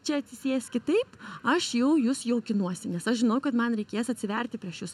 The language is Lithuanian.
čia atsisėskit taip aš jau jus jaukinuosi nes aš žinau kad man reikės atsiverti prieš jus